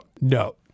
no